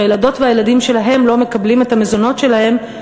שהילדות והילדים שלהן לא מקבלים את המזונות שלהם,